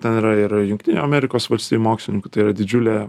ten yra ir jungtinių amerikos valstijų mokslininkų tai yra didžiulė